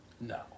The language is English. No